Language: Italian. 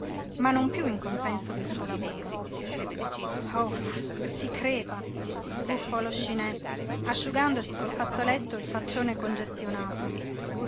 ma non piú in compenso del suo lavoro auff si crepa sbuffò lo scinè asciugandosi col fazzoletto il faccione congestionato